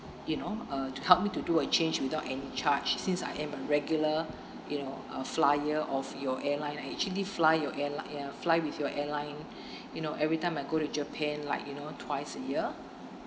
you know uh to help me to do a change without any charge since I am a regular you know uh flier of your airline I actually fly your airl~ fly with your airline you know every time I go to japan like you know twice a year